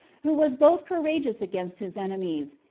who was both courageous against his enemies,